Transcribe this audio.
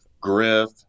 Griff